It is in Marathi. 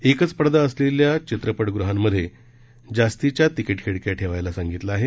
एकच पडदा असलेल्या चित्रपटगृहांमध्ये जास्तीच्या तिकीट खिडक्या ठेवायला सांगितलं आहे